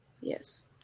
Yes